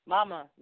Mama